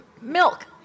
Milk